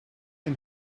can